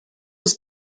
was